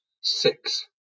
six